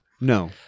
no